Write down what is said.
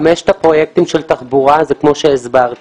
חמשת הפרויקטים של תחבורה, זה כמו שהסברתי.